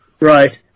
right